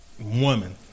woman